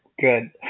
good